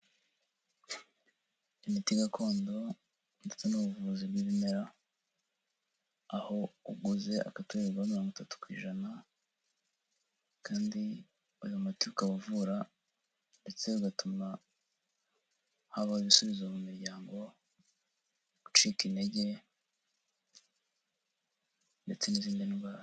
Imiti gakondo ndetse n'ubuvuzi bw'ibimera aho uguze adohorwa mirongo Itatu kw’ijana kandi uyu muti ukawuvura ndetse bigatuma haba ibisubizo mu muryango ucika intege ndetse n'izindi ndwara.